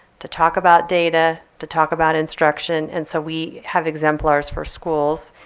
to talk about data, to talk about instruction. and so we have exemplars for schools.